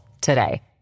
today